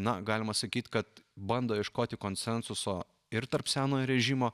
na galima sakyt kad bando ieškoti konsensuso ir tarp senojo režimo